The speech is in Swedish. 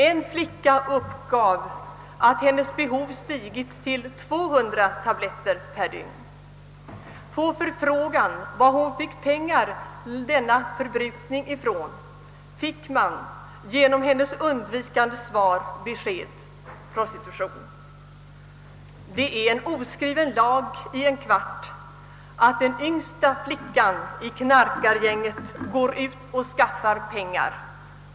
En flicka uppgav att hennes behov stigit till 200 tabletter per dygn. På förfrågan var hon fick pengar ifrån till denna förbrukning fick man genom hennes undvikande svar besked: prostitution. Det är en oskriven lag i en kvart att den yngsta flickan i knarkargänget går ut och skaffar pengar.